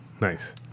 Nice